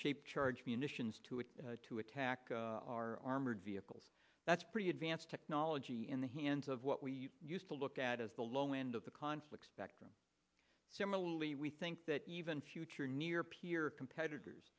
shaped charge munitions to it to attack our armored vehicles that's pretty advanced technology in the hands of what we used to look at as the low end of the conflict spectrum similarly we think that even future near peer competitors